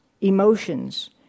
emotions